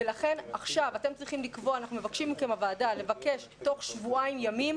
לכן אנחנו מבקשים מהוועדה לבקש תוך שבועיים ימים